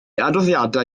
adroddiadau